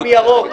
דם ירוק.